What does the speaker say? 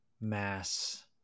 mass